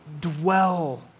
dwell